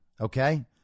okay